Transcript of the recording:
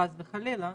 חס וחלילה,